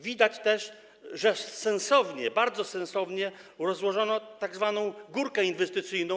Widać też, że sensownie, bardzo sensownie, rozłożono tzw. górkę inwestycyjną.